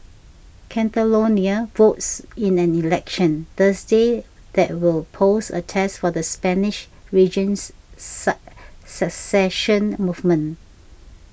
Catalonia votes in an election Thursday that will pose a test for the Spanish region's Sa secession movement